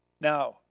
Now